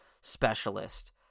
specialist